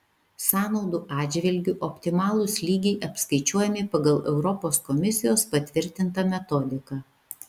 sąnaudų atžvilgiu optimalūs lygiai apskaičiuojami pagal europos komisijos patvirtintą metodiką